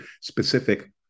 specific